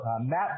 Matt